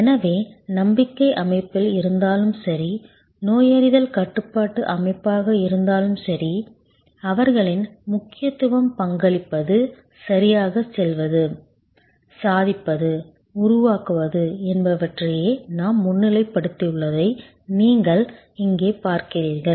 எனவே நம்பிக்கை அமைப்பில் இருந்தாலும் சரி நோயறிதல் கட்டுப்பாட்டு அமைப்பாக இருந்தாலும் சரி அவர்களின் முக்கியத்துவம் பங்களிப்பது சரியாகச் செய்வது சாதிப்பது உருவாக்குவது என்பவற்றையே நான் முன்னிலைப்படுத்தியுள்ளதை நீங்கள் இங்கே பார்க்கிறீர்கள்